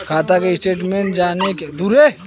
खाता के स्टेटमेंट जाने के बा?